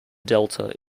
delta